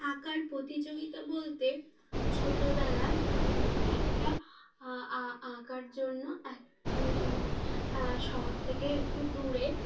আঁকার প্রতিযোগিতা বলতে ছোটোবেলা একটা আঁকার জন্য এক শহর থেকে একটু দূরে